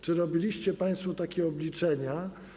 Czy robiliście państwo takie obliczenia?